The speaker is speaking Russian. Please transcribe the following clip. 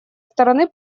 стороны